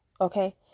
okay